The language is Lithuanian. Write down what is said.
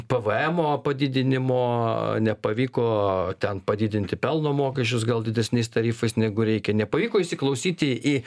pvm o padidinimo nepavyko ten padidinti pelno mokesčius gal didesniais tarifais negu reikia nepavyko įsiklausyti į